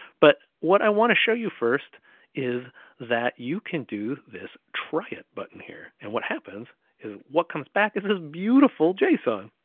but what i want to show you first is that you can do this, try it button here, and what happens is what comes back is this beautiful json.